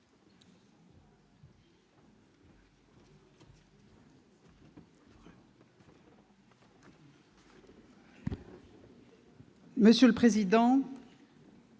Monsieur le président,